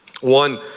One